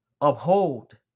uphold